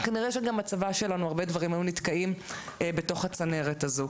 כנראה שגם בצבא שלנו הרבה דברים היו נתקעים בתוך הצנרת הזו.